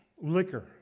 liquor